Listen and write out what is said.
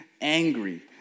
angry